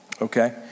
Okay